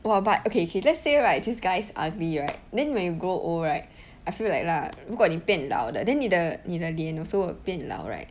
!wah! but okay okay let's say right this guy's ugly right then when you grow old right I feel like lah 如果你变老了 then 你的你的脸 also a bit 老 right